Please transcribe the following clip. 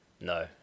No